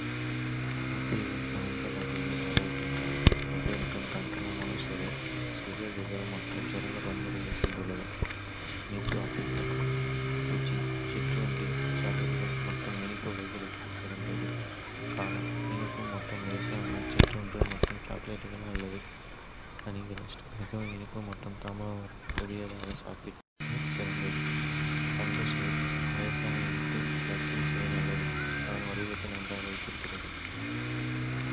ஆப்பிள்கள் பரந்த வகைகளில் வருகின்றன, ஒவ்வொன்றும் தனித்துவமான சுவை சுயவிவரங்கள் மற்றும் சிறந்த பயன்பாடுகளைக் கொண்டுள்ளன. இனிப்பு ஆப்பிள்கள் புஜி சிற்றுண்டி, சாலடுகள் மற்றும் இனிப்பு வகைகளுக்கு சிறந்தது. காலா: இனிப்பு மற்றும் லேசான, சிற்றுண்டி மற்றும் சாலட்களுக்கு நல்லது. ஹனிகிரிஸ்ப் மிகவும் இனிப்பு மற்றும் தாகமாக, புதியதாக சாப்பிட சிறந்தது. தங்க சுவை லேசான இனிப்பு, பேக்கிங் செய்ய நல்லது (அதன் வடிவத்தை நன்றாக வைத்திருக்கிறது).